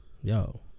Yo